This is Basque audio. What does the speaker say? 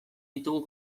ditugu